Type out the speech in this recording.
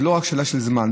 זו לא רק שאלה של זמן,